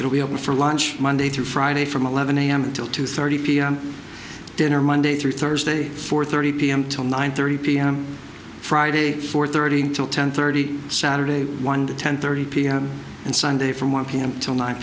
it will be open for lunch monday through friday from eleven am until two thirty pm dinner monday through thursday four thirty pm till nine thirty pm friday four thirty till ten thirty saturday one ten thirty pm and sunday from one pm till nine